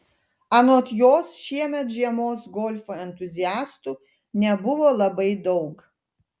anot jos šiemet žiemos golfo entuziastų nebuvo labai daug